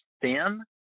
thin